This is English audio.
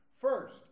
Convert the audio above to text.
First